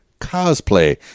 Cosplay